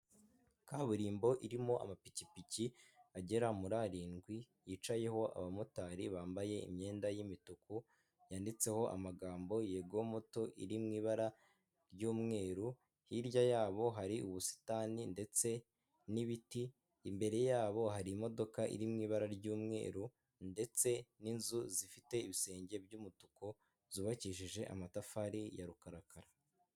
Kaburimbo irimo amapikipiki agera muri arindwi yicayeho abamotari bambaye imyenda y'imituku yanditseho amagambo yego moto, iri mu ibara ry'umweru, hirya yabo hari ubusitani ndetse n'ibiti imbere yabo harimo iri mu ibara ry'umweru ndetse n'inzu zifite ibisenge by'umutuku zubakishije amatafari ya rukarakara.